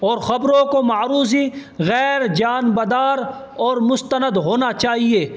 اور خبروں کو معروضی غیرجانبدار اور مستند ہونا چاہیے